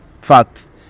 facts